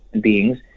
beings